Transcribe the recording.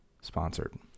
sponsored